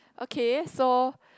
okay so